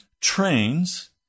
trains